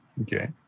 Okay